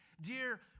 dear